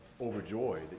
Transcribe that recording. overjoyed